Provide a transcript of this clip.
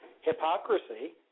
hypocrisy